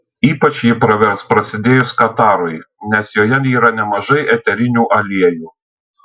ypač ji pravers prasidėjus katarui nes joje yra nemažai eterinių aliejų